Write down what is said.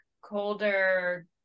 colder